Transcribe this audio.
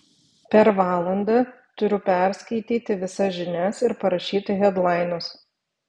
per valandą turiu perskaityti visas žinias ir parašyti hedlainus